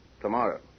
tomorrow